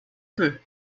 peu